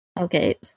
Okay